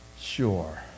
Sure